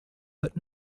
but